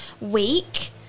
week